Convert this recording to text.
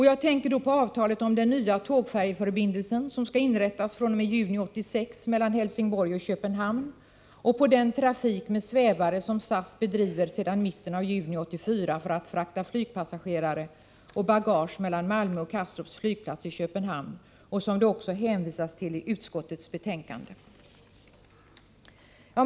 Jag tänker på avtalet om den nya tågfärjeförbindelsen som skall inrättas fr.o.m. juni 1986 mellan Helsingborg och Köpenhamn och på den trafik med svävare som SAS bedriver sedan mitten av juni 1984 för att frakta flygpassagerare och bagage mellan Malmö och Kastrups flygplats i Köpenhamn och som det hänvisas till i utskottets betänkande.